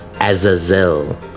Azazel